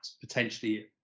potentially